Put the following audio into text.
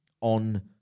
on